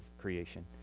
creation